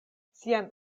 sian